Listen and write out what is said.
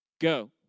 Go